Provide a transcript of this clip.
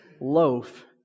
loaf